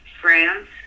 France